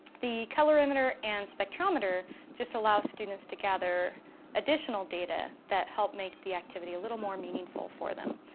the colorimeter and spectrometer just allow students to gather additional data that help make the activity a little more meaningful for them.